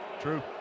True